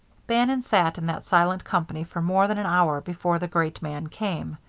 bannon sat in that silent company for more than an hour before the great man came.